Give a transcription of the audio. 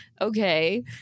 Okay